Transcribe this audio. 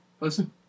Listen